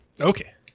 Okay